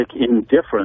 indifference